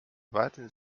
warten